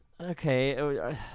Okay